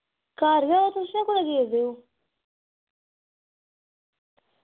घर गै तुस कुदै गेदे ओ